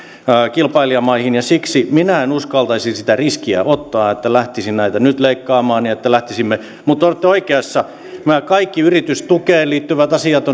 kilpailijamaihin ja siksi minä en uskaltaisi sitä riskiä ottaa että lähtisin näitä nyt leikkaamaan ja että lähtisimme mutta te olette oikeassa nämä kaikki yritystukeen liittyvät asiat